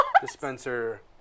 dispenser